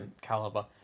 caliber